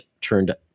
turned